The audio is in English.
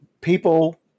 people